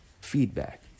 feedback